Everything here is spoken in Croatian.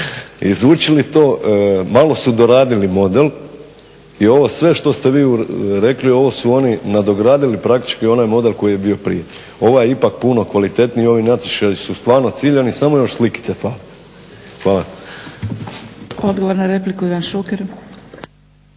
izučili to. Malo su doradili model i ovo sve što ste vi rekli ovo su oni nadogradili praktički onaj model koji je bio prije. Ovaj je ipak puno kvalitetniji i ovi natječaji su stvarno ciljani i samo još slikice fale. Hvala.